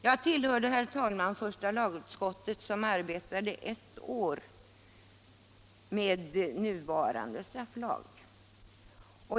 Jag tillhörde, herr talman, första lagutskottet som arbetade ett år med nuvarande strafflag.